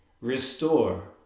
Restore